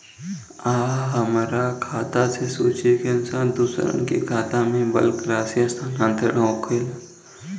आ हमरा खाता से सूची के अनुसार दूसरन के खाता में बल्क राशि स्थानान्तर होखेला?